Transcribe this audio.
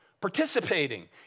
participating